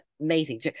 amazing